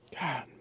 God